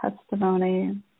testimony